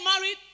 married